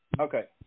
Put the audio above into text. okay